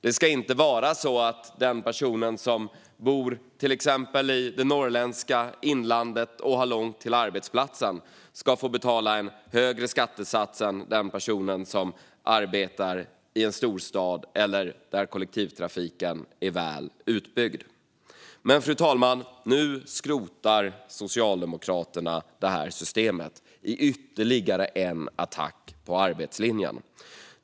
Det ska inte vara så att en person som bor i till exempel det norrländska inlandet och har långt till arbetsplatsen ska betala en högre skattesats än en person som arbetar i en storstad eller där kollektivtrafiken är väl utbyggd. Men nu, fru talman, skrotar Socialdemokraterna detta system i ytterligare en attack på arbetslinjen.